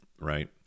right